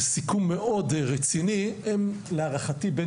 בסיכום מאוד רציני הם להערכתי בין